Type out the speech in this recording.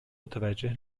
متوجه